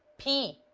p.